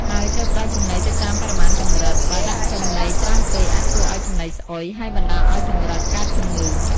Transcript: ហើយត្រូវផ្តល់ចំណីទៅតាមបរិមាណចង្រិត បើដាក់ចំណីច្រើនពេក អាចធ្វើឲ្យចំណីស្អុយ ហើយបណ្តាលឲ្យចង្រិតកើតជំងឺ។